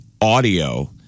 audio